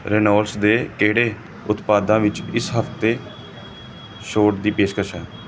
ਰੇਨੋਲਰਸ ਦੇ ਕਿਹੜੇ ਉਤਪਾਦਾਂ ਵਿੱਚ ਇਸ ਹਫ਼ਤੇ ਛੋਟ ਦੀ ਪੇਸ਼ਕਸ਼ ਹੈ